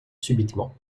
subitement